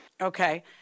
Okay